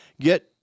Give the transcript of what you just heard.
Get